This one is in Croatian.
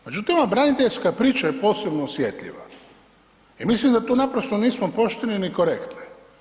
Međutim, ova braniteljska priča je posebno osjetljiva i mislim da tu naprosto nismo pošteni ni korektni.